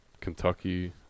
Kentucky